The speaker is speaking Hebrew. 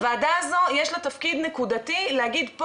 הוועדה הזאת יש לה תפקיד נקודתי להגיד פה